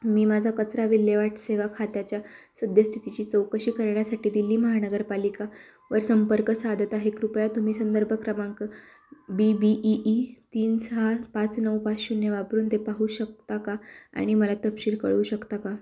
मी माझा कचरा विल्हेवाट सेवा खात्याच्या सद्यस्थितीची चौकशी करण्यासाठी दिल्ली महानगरपालिका वर संपर्क साधत आहे कृपया तुम्ही संदर्भ क्रमांक बी बी ई ई तीन सहा पाच नऊ पाच शून्य वापरून ते पाहू शकता का आणि मला तपशील कळवू शकता का